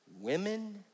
women